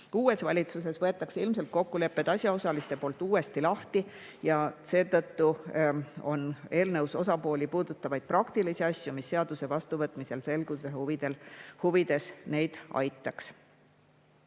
Uues valitsuses võetakse ilmselt kokkulepped asjaosaliste poolt uuesti lahti ja seetõttu on eelnõus osapooli puudutavaid praktilisi asju, mis seaduse vastuvõtmisel selguse huvides neid aitaks.